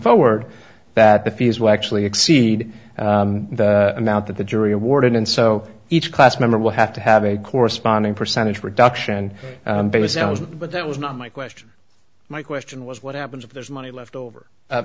forward that the fees were actually exceed the amount that the jury awarded and so each class member will have to have a corresponding percentage reduction but that was not my question my question was what happens if there's money left over